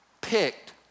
picked